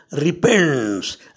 repents